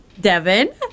Devin